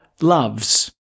loves